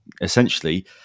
essentially